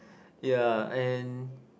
ya and